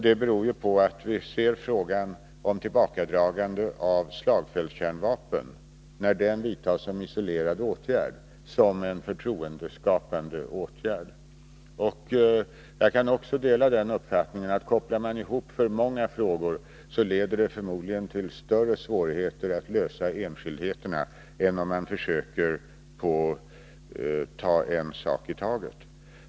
Det beror på att vi ser tillbakadragandet av slagfältskärnvapen, när det företas som isolerad åtgärd, som en förtroendeskapande åtgärd. Jag delar uppfattningen att sammankopplandet av för många frågor förmodligen leder till större svårigheter att lösa problemen när det gäller enskildheterna än om man försöker ta en sak i taget.